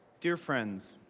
dear friends,